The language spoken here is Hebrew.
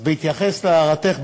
אז בהתייחס להערתך,